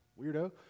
weirdo